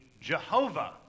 Jehovah